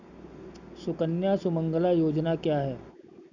सुकन्या सुमंगला योजना क्या है?